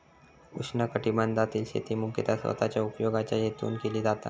उष्णकटिबंधातील शेती मुख्यतः स्वतःच्या उपयोगाच्या हेतून केली जाता